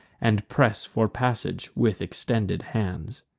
and press for passage with extended hands.